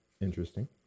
interesting